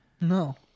No